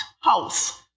house